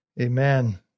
Amen